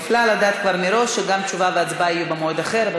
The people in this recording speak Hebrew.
נפלא לדעת כבר מראש שהתשובה וההצבעה יהיו במועד אחר.